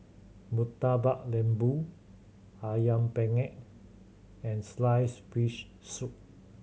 Murtabak Lembu Ayam Penyet and slice fish soup